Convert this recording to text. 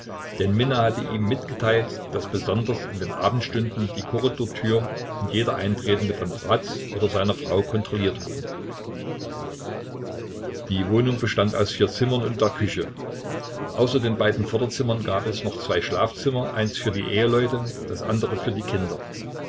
denn minna hatte ihm mitgeteilt daß besonders in den abendstunden die korridortür und jeder eintretende von bratz oder seiner frau kontrolliert wurden die wohnung bestand aus vier zimmern und der küche außer den beiden vorderzimmern gab es noch zwei schlafzimmer eins für die eheleute das andere für die kinder